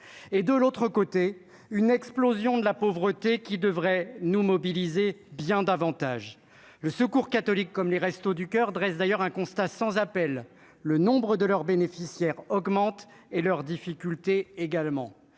et de l'autre côté, une explosion de la pauvreté qui devraient nous mobiliser bien davantage le Secours catholique, comme les Restos du Coeur dresse d'ailleurs un constat sans appel, le nombre de leurs bénéficiaires augmente et leurs difficultés également,